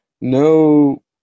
no